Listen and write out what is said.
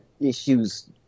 issues